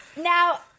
Now